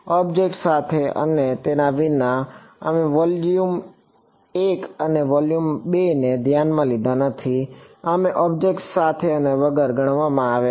ઑબ્જેક્ટની સાથે અને તેના વિના અમે વોલ્યુમ એક અને વોલ્યુમ બેને ધ્યાનમાં લીધા નથી અમે ઑબ્જેક્ટ સાથે અને વગર ગણવામાં આવે છે